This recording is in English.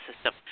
system